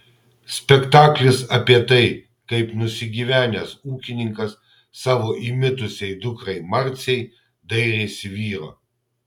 spektaklis apie tai kaip nusigyvenęs ūkininkas savo įmitusiai dukrai marcei dairėsi vyro